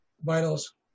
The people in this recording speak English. Vitals